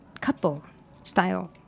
couple-style